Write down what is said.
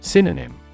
Synonym